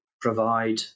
provide